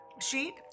Sheet